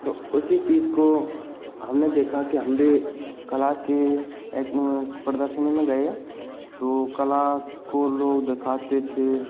तो उसी चीज़ को हमने देखा कि हम भी कला के एक प्रदर्शनी में गए तो कला को लोग दिखाते थे